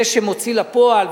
זה שמוציא לפועל.